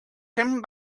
came